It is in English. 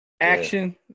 action